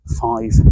five